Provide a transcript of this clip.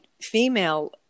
female